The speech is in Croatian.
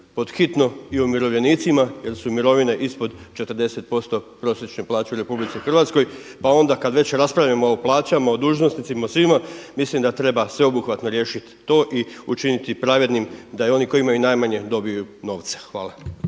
pod hitno i o umirovljenicima jer su mirovine ispod 40% prosječne plaće u RH pa onda kada već raspravljamo o plaćama o dužnosnicima o svima mislim da treba sveobuhvatno riješiti to i učiniti pravednim da i oni koji imaju najmanje dobiju novce. Hvala.